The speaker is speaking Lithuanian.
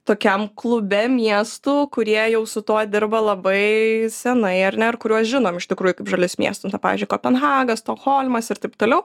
tokiam klube miestų kurie jau su tuo dirba labai senai ar ne ir kuriuos žinom iš tikrųjų kaip žalius miestus na pavyzdžiui kopenhaga stokholmas ir taip toliau